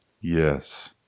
Yes